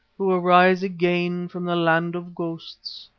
who arise again from the land of ghosts,